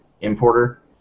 Importer